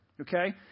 Okay